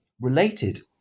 related